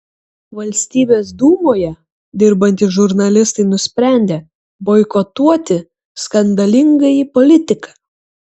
valstybės dūmoje dirbantys žurnalistai nusprendė boikotuoti skandalingąjį politiką